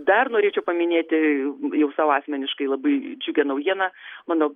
dar norėčiau paminėti jau sau asmeniškai labai džiugią naujieną mano